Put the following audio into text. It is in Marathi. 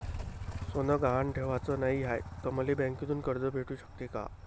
सोनं गहान ठेवाच नाही हाय, त मले बँकेतून कर्ज भेटू शकते का?